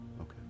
Okay